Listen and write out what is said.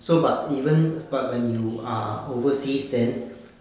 so but even but when you are overseas then